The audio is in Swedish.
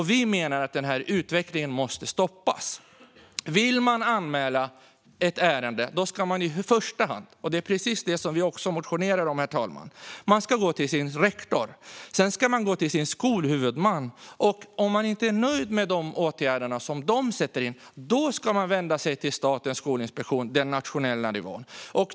Vi menar att den här utvecklingen måste stoppas. Vill man anmäla ett ärende ska man i första hand gå till sin rektor, och det är precis det som vi motionerar om, herr talman. Sedan ska man gå till sin skolhuvudman. Om man inte är nöjd med de åtgärder som de sätter in ska man vända sig till Statens skolinspektion, den nationella nivån.